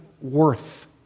worth